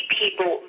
people